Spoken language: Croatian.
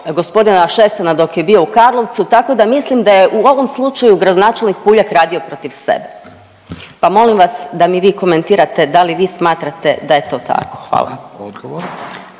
g. Šestana dok je bio u Karlovcu, tako da mislim da je u ovom slučaju gradonačelnik PUljak radio protiv sebe. Pa molim vas da mi vi komentirate da li vi smatrate da je to tako. Hvala. **Radin,